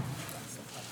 כבוד הנשיא!